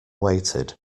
waited